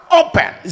open